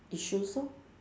issues lor